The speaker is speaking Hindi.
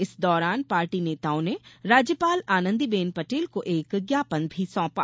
इस दौरान पार्टी नेताओं ने राज्यपाल आनंदीबेन पटेल को एक ज्ञापन भी सौंपा